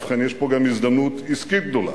ובכן, יש פה גם הזדמנות עסקית גדולה.